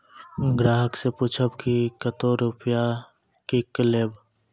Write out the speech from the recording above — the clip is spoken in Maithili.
ग्राहक से पूछब की कतो रुपिया किकलेब?